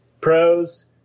pros